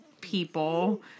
people